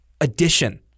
addition